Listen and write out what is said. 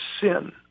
sin